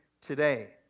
today